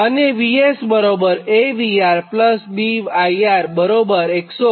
અને VS AVR B IR બરાબર 129